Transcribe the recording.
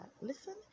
listen